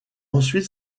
ensuite